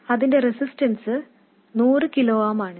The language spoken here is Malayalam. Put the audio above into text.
അതിന്റെ റെസിസ്റ്റൻസ് 100 kilo ohms ആണ്